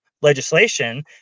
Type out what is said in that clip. legislation